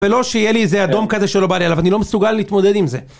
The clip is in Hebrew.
ולא שיהיה לי איזה אדום כזה שלא בא לי עליו, אני לא מסוגל להתמודד עם זה.